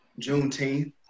Juneteenth